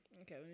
Okay